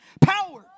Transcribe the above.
power